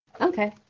Okay